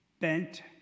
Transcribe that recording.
bent